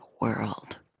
world